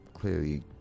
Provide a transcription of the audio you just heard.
Clearly